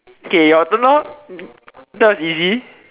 okay your turn orh that was easy